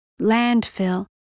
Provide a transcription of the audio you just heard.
Landfill